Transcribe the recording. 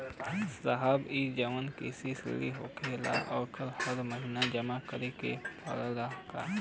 साहब ई जवन कृषि ऋण होला ओके हर महिना जमा करे के पणेला का?